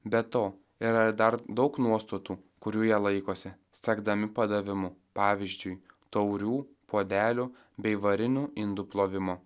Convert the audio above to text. be to yra ir dar daug nuostatų kurių jie laikosi sekdami padavimu pavyzdžiui taurių puodelių bei varinių indų plovimo